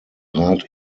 rat